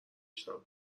شنوم